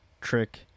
trick